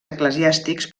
eclesiàstics